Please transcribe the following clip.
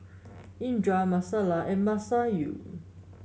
Indra Alyssa and Masayu